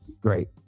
Great